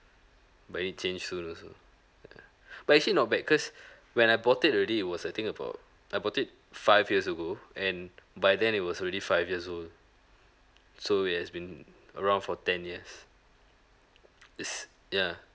but need change soon also ya but actually not bad cause when I bought it already it was I think about I bought it five years ago and by then it was already five years old so it has been around for ten years yes ya